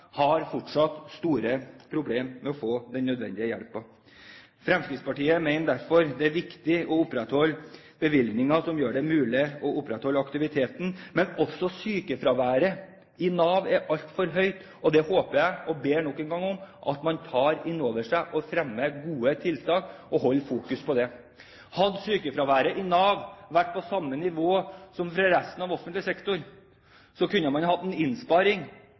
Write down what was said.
har fortsatt store problemer med å få nødvendig hjelp. Fremskrittspartiet mener derfor det er viktig å opprettholde bevilgninger som gjør det mulig å opprettholde aktiviteten. Også sykefraværet i Nav er altfor høyt. Det håper jeg, og ber nok en gang om, at man tar inn over seg, at man fremmer gode tiltak og holder fokus på det. Hadde sykefraværet i Nav vært på samme nivå som i resten av offentlig sektor, kunne man hatt en innsparing